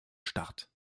start